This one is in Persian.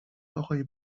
آقای